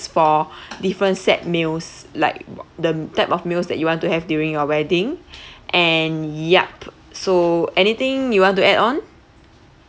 for different set meals like the type of meals that you want to have during your wedding and yup so anything you want to add on